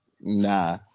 Nah